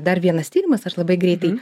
dar vienas tyrimas aš labai greitai